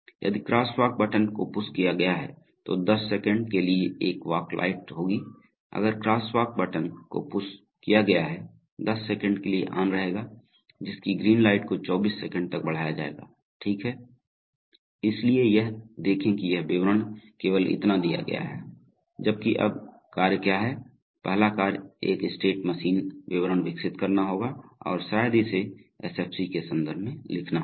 यदि crosswalk button को push किया गया है तो 10 सेकंड के लिए एक वॉक लाइट होगी अगर क्रॉसवॉक बटन को पुश किया गया है 10 सेकंड के लिए ऑन रहेगा जिसकी ग्रीन लाइट को 24 सेकंड तक बढ़ाया जाएगा ठीक है इसलिए यह देखें कि यह विवरण केवल इतना दिया गया है जबकि अब कार्य क्या है पहला कार्य एक स्टेट मशीन विवरण विकसित करना होगा और शायद इसे एसएफसी के संदर्भ में लिखना होगा